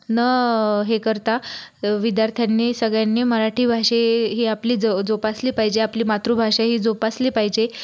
न हे करता विद्यार्थ्यांनी सगळ्यांनी मराठी भाषे ही आपलीच जो जोपासली पाहिजे आपली मातृभाषा ही जोपासली पाहिजे